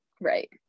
Right